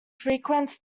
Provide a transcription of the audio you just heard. frequented